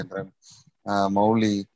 Mauli